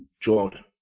Jordan